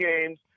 games